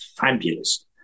fabulous